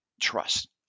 trust